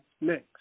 next